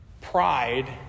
Pride